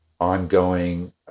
ongoing